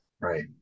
right